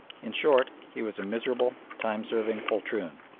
in short, he was a miserable, time-serving poltroon,